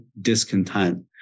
discontent